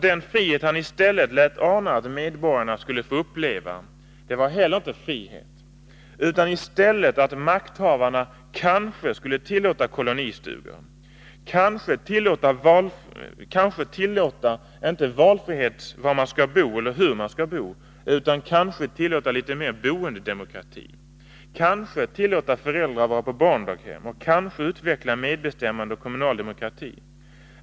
Den frihet han i stället lät ana att medborgarna skulle få uppleva var inte heller frihet, utan i stället att makthavarna kanske skulle tillåta kolonistugor, inte frihet att välja var man skall bo eller hur man skall bo, utan kanske att de skulle tillåta litet mera boendedemokrati, kanske tillåta föräldrar att vara på barndaghem och kanske utveckla medbestämmande och kommunal demokrati.